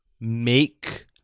make